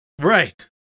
right